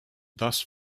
thus